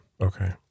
okay